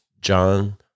John